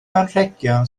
anrhegion